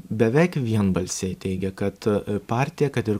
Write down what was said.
beveik vienbalsiai teigia kad partija kad ir